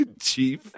chief